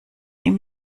ihm